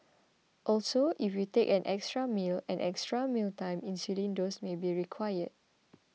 also if you take an extra meal an extra mealtime insulin dose may be required